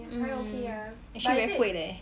mm actually very 贵 leh